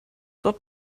dort